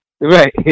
Right